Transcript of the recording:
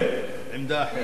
עמדה אחרת.